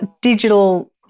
digital